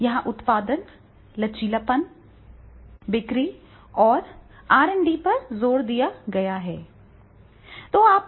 यहां उत्पादन लचीलापन विपणन बिक्री और आर एंड डी पर जोर दिया गया है